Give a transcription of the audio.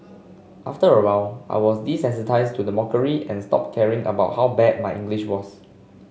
after a while I was desensitised to the mockery and stopped caring about how bad my English was